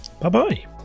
bye-bye